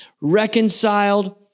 reconciled